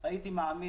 אני מעז